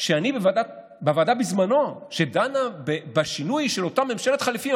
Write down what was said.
שאני בוועדה בזמנו שדנה בשינוי של אותה ממשלת חליפים,